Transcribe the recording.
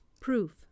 Proof